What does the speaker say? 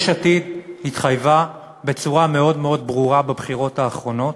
יש עתיד התחייבה בצורה מאוד מאוד ברורה בבחירות האחרונות